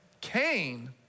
Cain